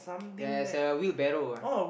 ya it's a wheel barrow ah